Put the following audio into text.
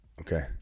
Okay